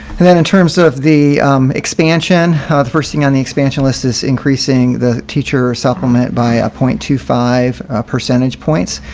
and then in terms of the expansion, the first thing on the expansion list is increasing the teacher supplement by a point to five percentage points,